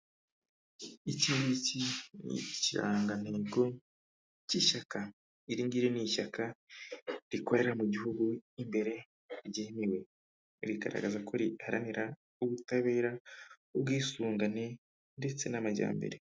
Ikingiki ni ikirangantego cy'ishyaka, iringiri ni ishyaka rikorera mu gihugu imbere ryemewe rigaragaza ko riharanira ubutabera n'ubwisungane ndetse n'amajyambere.